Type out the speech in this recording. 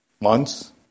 months